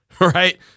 Right